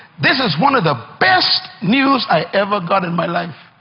this is one of the best news i ever got in my life.